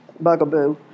bugaboo